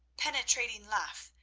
penetrating laugh,